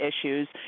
issues